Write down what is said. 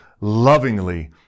lovingly